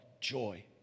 joy